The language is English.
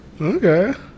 Okay